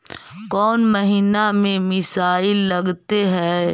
कौन महीना में मिसाइल लगते हैं?